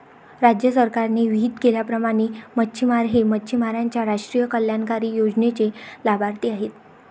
राज्य सरकारने विहित केल्याप्रमाणे मच्छिमार हे मच्छिमारांच्या राष्ट्रीय कल्याणकारी योजनेचे लाभार्थी आहेत